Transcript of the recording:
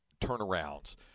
turnarounds